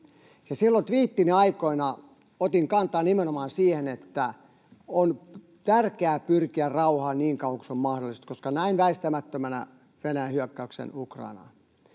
Silloin tviittini aikoina otin kantaa nimenomaan siihen, että on tärkeää pyrkiä rauhaan niin kauan kuin se on mahdollista, koska näin väistämättömänä Venäjän hyökkäyksen Ukrainaan.